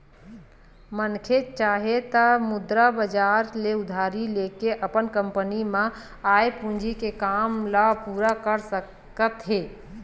मनखे चाहे त मुद्रा बजार ले उधारी लेके अपन कंपनी म आय पूंजी के काम ल पूरा कर सकत हे